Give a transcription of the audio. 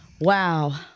Wow